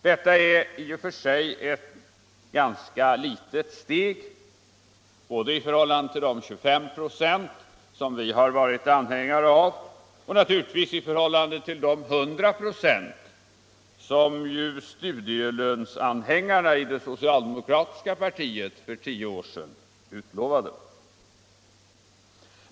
Detta är i och för sig ett ganska litet steg både i förhållande till de 25 926 som vi har varit anhängare av och naturligtvis i förhållande till de 100 96 som studielönsanhängarna i det socialdemokratiska partiet för tio år sedan utlovade.